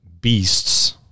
beasts